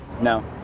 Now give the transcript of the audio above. No